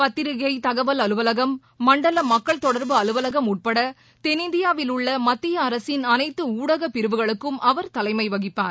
பத்திரிகை தகவல் அலுவலகம் மண்டல மக்கள் தொடர்பு அலுவலகம் உட்பட தென்னிந்தியாவில் உள்ள மத்திய அரசின் அனைத்து ஊடக பிரிவுகளுக்கும் அவர் தலைமை வகிப்பார்